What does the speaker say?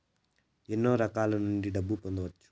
ఎన్నో రకాల నుండి డబ్బులు పొందొచ్చు